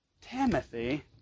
Timothy